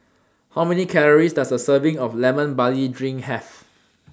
How Many Calories Does A Serving of Lemon Barley Drink Have